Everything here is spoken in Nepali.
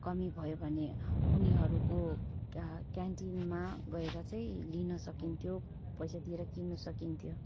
कमि भयो भने उनीहरूको क्यानटिनमा गएर चाहिँ लिन सकिन्थ्यो पैसा दिएर किन्नु सकिन्थ्यो